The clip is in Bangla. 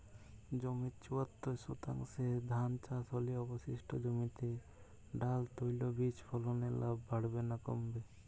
জমির চুয়াত্তর শতাংশে ধান চাষ হলে অবশিষ্ট জমিতে ডাল তৈল বীজ ফলনে লাভ বাড়বে না কমবে?